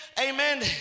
amen